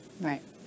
Right